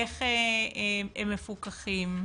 איך הם מפוקחים,